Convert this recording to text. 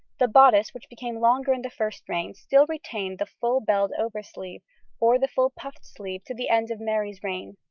the bodice, which became longer in the first reign, still retained the full belled oversleeve or the full puffed sleeve to the end of mary's reign,